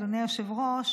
אדוני היושב-ראש,